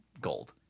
gold